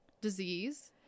disease